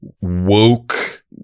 woke